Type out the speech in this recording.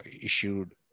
issued